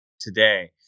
today